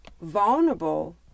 vulnerable